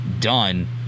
done